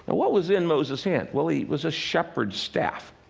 what was in moses' hand? well, it was a shepherd's staff.